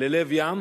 ללב ים,